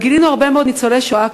גילינו הרבה מאוד ניצולי שואה,